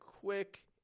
quick